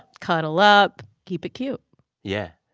cuddle up. keep it cute yeah,